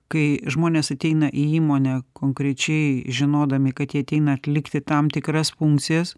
kai žmonės ateina į įmonę konkrečiai žinodami kad jie ateina atlikti tam tikras funkcijas